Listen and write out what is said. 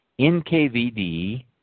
NKVD